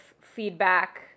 feedback